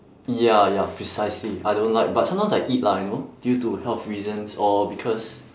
ya ya precisely I don't like but sometimes I eat lah you know due to health reasons or because